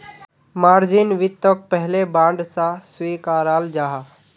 margin वित्तोक पहले bond सा स्विकाराल जाहा